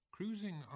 Cruising